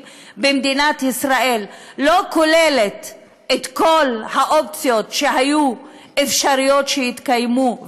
במדינת ישראל לא כוללת את כל האופציות שהיו אפשריות שיתקיימו,